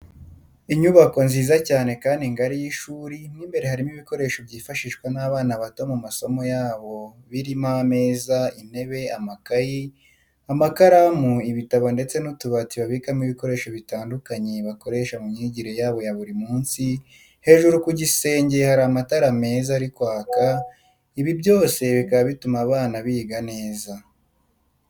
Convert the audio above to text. Inyubako nziza cyane kandi ngari y'ishuri, mo imbere harimo ibikoresho byifashishwa n'abana bato mu masomo yabo birimo: ameza, intebe, amakayi, amakaramu, ibitabo ndetse n'utubati babikamo ibikoresho bitandukanye bakoresha mu myigire yabo ya buri munsi, hejuru ku gisenge hari amatara meza ari kwaka, ibi byose bikaba bituma abana biga neza.